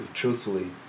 truthfully